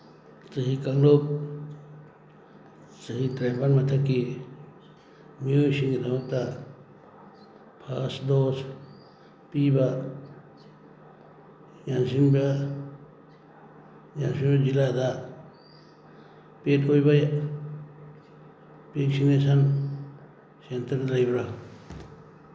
ꯆꯍꯤ ꯀꯥꯡꯂꯨꯞ ꯆꯍꯤ ꯇ꯭ꯔꯥꯏꯝꯄꯥꯟ ꯃꯊꯛꯀꯤ ꯃꯤꯑꯣꯏꯁꯤꯡꯒꯤꯗꯃꯛꯇ ꯐꯥꯁ ꯗꯣꯁ ꯄꯤꯕ ꯓꯥꯟꯁꯤ ꯖꯤꯂꯥꯗ ꯄꯦꯠ ꯑꯣꯏꯕ ꯚꯦꯛꯁꯤꯅꯦꯁꯟ ꯁꯦꯟꯇꯔ ꯂꯩꯕ꯭ꯔꯥ